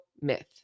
myth